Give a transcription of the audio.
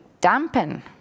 dampen